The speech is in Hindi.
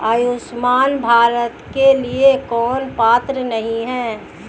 आयुष्मान भारत के लिए कौन पात्र नहीं है?